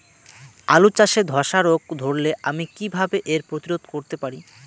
আলু চাষে ধসা রোগ ধরলে আমি কীভাবে এর প্রতিরোধ করতে পারি?